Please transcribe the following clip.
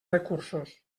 recursos